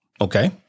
Okay